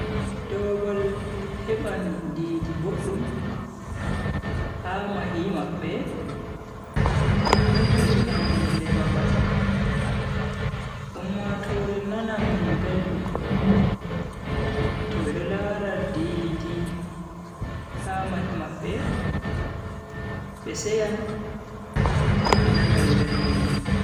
To babal heban dii-dii bodduum ha mahi mabbe do vo'ina nonde babal. ummatoore nanan beldum to be do lara dii-dii ha mahi mabbe be seyan be nanan beldum.